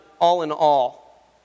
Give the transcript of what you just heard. all-in-all